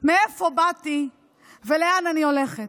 מאיפה באתי ולאן אני הולכת.